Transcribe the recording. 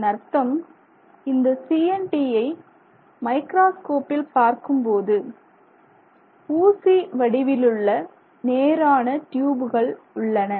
இதன் அர்த்தம் இந்த CNT யை மைக்ராஸ்கோப்பில் பார்க்கும்போது ஊசி வடிவிலுள்ள நேரான டியூபுகள் உள்ளன